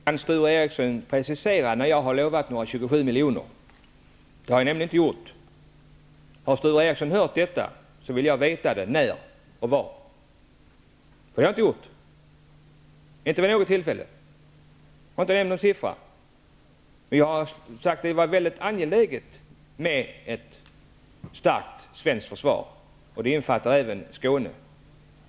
Herr talman! Kan Sture Ericson precisera när jag har lovat några 27 miljarder? Det har jag nämligen inte gjort. Om Sture Ericson har hört detta, vill jag veta när och var. Jag har inte vid något tillfälle nämnt någon siffra. Jag har sagt att det är angeläget med ett starkt svenskt försvar. Det innefattar även Skåne.